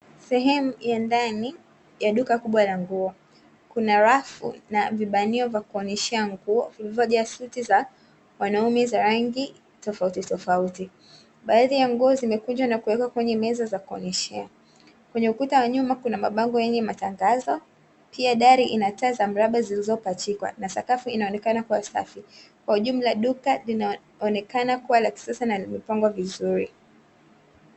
Sehemu ya ndani ya duka kubwa la nguo, kuna rafu na vibanio vya kuonyeshea nguo vilivyojaa suti za wanaume za rangi tofauti tofauti, baadhi ya nguo zimekunjwa na kuweka kwenye meza za kuonyeshea kwenye ukuta wa nyuma kuna mabango yenye matangazo, pia dari ina taa za mraba zilizopachikwa na sakafi inaonekana kuwa safi kwa ujumla duka linaonekana kuwa la kisasa na lililopangwa vizuri.